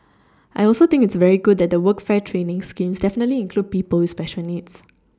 I also think it's very good that the workfare training schemes definitively include people with special needs